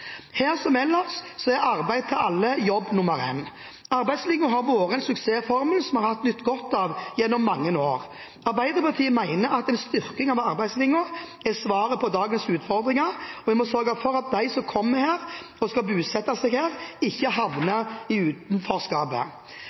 Her som ellers er arbeid til alle jobb nummer én. Arbeidslivet har vært en suksessformel som vi har nytt godt av gjennom mange år, og Arbeiderpartiet mener at en styrking av arbeidslinjen er svaret på dagens utfordringer. Vi må sørge for at de som kommer hit og skal bosette seg her, ikke havner i utenforskapet.